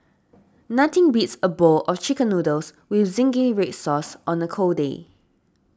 nothing beats a bowl of Chicken Noodles with Zingy Red Sauce on a cold day